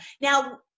now